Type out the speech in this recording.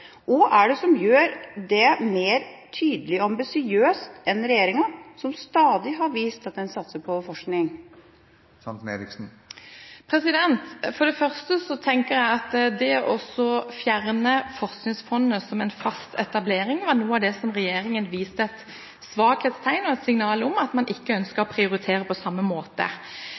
Hva er det som gjør dem mer tydelige og ambisiøse enn regjeringa, som stadig har vist at en satser på forskning? For det første tenker jeg at det å fjerne Forskningsfondet som en fast etablering var et svakhetstegn regjeringen viste, og et signal om at man ikke ønsket å prioritere på samme måte.